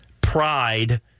pride